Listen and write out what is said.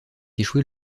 échouer